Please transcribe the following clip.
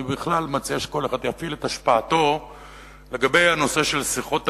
אני בכלל מציע שכל אחד יפעיל את השפעתו בנושא של שיחות הקרבה,